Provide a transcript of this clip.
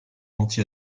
anti